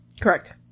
Correct